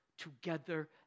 Together